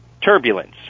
turbulence